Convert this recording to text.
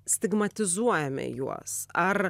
stigmatizuojame juos ar